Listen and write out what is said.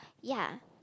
ya